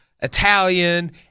Italian